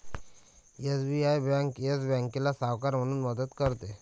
SBI bank Yes बँकेला सावकार म्हणून मदत करते